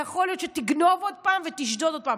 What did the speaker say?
ויכול להיות שתגנוב עוד פעם ותשדוד עוד פעם.